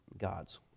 gods